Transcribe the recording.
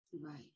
right